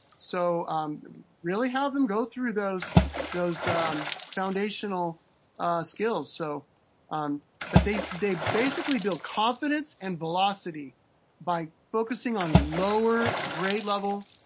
so really have them go through those those foundational skills. so um but they they basically build confidence and velocity by focusing on lower grade-level